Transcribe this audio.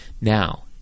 Now